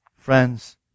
Friends